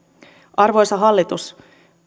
arvoisa hallitus